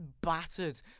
battered